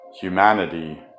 humanity